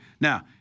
Now